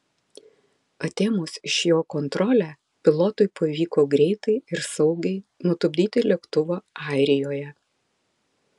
atėmus iš jo kontrolę pilotui pavyko greitai ir saugiai nutupdyti lėktuvą airijoje